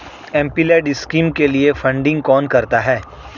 MPLAD scheme के लिए funding कौन करता है?